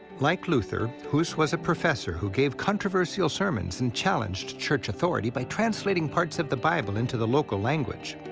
like luther, hus was a professor who gave controversial sermons and challenged church authority by translating parts of the bible into the local language.